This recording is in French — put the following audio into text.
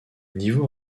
niveau